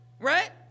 Right